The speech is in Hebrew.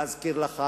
להזכיר לך,